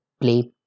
play